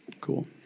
Cool